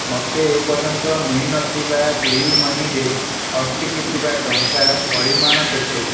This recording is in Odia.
ମୋତେ ଏପର୍ଯ୍ୟନ୍ତ ମିଳି ନଥିବା ପେ' ୟୁ' ମନିରେ ଅଟକି ଥିବା ଟଙ୍କା ପରିମାଣ କେତେ